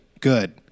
good